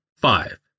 five